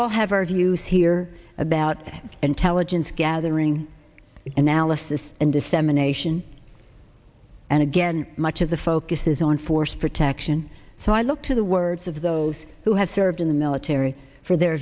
all have our views here about intelligence gathering and analysis and dissemination and again much of the focus is on force protection so i look to the words of those who have served in the military for their